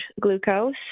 glucose